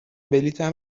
بلیطم